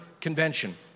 convention